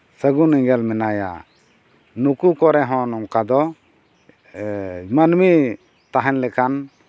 ᱥᱟᱹᱜᱩᱱ ᱮᱸᱜᱮᱞ ᱢᱮᱱᱟᱭᱟ ᱱᱩᱠᱩ ᱠᱚᱨᱮ ᱦᱚᱸ ᱱᱚᱝᱠᱟ ᱫᱚ ᱢᱟᱱᱢᱤ ᱛᱟᱦᱮᱸᱱ ᱞᱮᱠᱟᱱ